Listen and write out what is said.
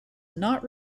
not